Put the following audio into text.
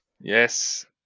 Yes